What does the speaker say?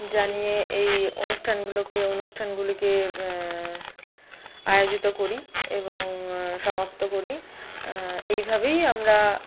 জানিয়ে এই অনুষ্ঠানগুলোকে অনুষ্ঠানগুলিকে আয়োজিত করি এবং সমাপ্ত করি এইভাবেই আমরা